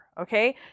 Okay